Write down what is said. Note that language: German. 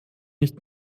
nicht